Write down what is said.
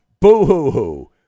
Boo-hoo-hoo